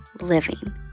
living